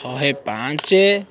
ଶହେ ପାଞ୍ଚ